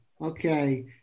Okay